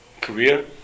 career